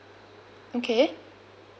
okay